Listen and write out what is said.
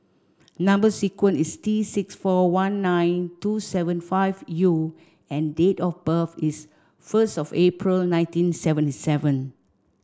number sequence is T six four one nine two seven five U and date of birth is first of April nineteen seventy seven